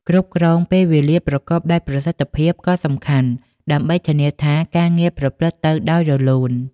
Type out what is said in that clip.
គ្រប់គ្រងពេលវេលាប្រកបដោយប្រសិទ្ធភាពក៏សំខាន់ ដើម្បីធានាថាការងារប្រព្រឹត្តទៅដោយរលូន។